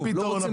לא רוצים לסגור.